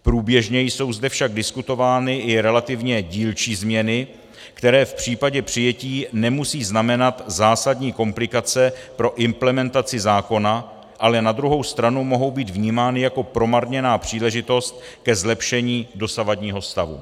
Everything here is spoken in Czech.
Průběžně jsou zde však diskutovány i relativně dílčí změny, které v případě přijetí nemusí znamenat zásadní komplikace pro implementaci zákona, ale na druhou stranu mohou být vnímány jako promarněná příležitost ke zlepšení dosavadního stavu.